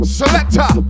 selector